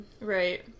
right